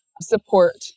support